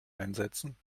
einsetzen